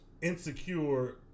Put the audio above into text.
insecure